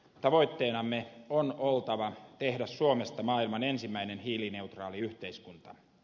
tavoitteenamme on oltava tehdä suomesta maailman ensimmäinen hiilineutraali yhteiskunta